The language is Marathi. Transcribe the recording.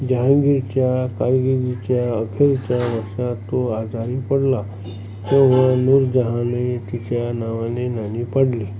जहाँगीरच्या कारकिर्दीच्या अखेरच्या वर्षांत तो आजारी पडला तेव्हा नूरजहाँने तिच्या नावाने नाणी पाडली